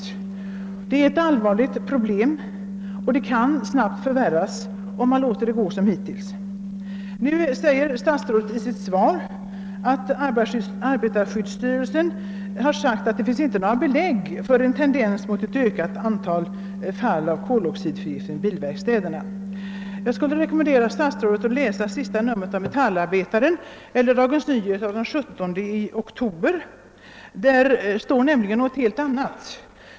Det gäller ett allvarligt problem, och situationen kan snabbt förvärras om man låter det gå som hittills. Statsrådet säger i sitt svar att arbetarskyddsstyrelsen uttalat att det inte finns några belägg för en tendens mot ett ökat antal fall av koloxidförgiftning i bilverkstäderna. Jag skulle då vilja rekommendera statsrådet att läsa senaste numret av Metallarbetaren eller Dagens Nyheter för den 17 oktober. Där står nämligen något helt annat.